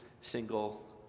single